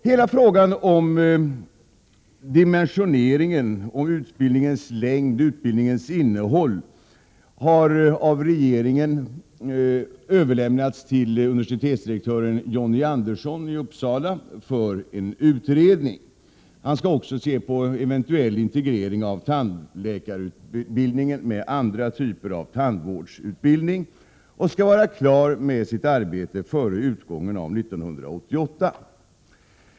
Hela frågan om dimensioneringen och utbildningens längd och innehåll har av regeringen överlämnats till universitetsdirektören Johnny Andersson i Uppsala för en utredning. Han skall se på en eventuell integrering av tandläkarutbildningen med andra typer av tandvårdsutbildning. Han skall vara klar med sitt arbete före utgången av 1988.